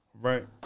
Right